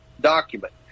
document